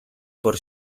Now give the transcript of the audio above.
por